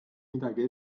midagi